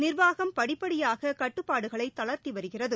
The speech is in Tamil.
நிர்வாகம் படிப்படியாக கட்டுப்பாடுகளை தளர்த்தி வருகிறது